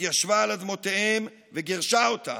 התיישבה על אדמותיהם וגירשה אותם.